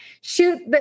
shoot